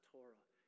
Torah